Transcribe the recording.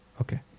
Okay